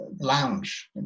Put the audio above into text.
lounge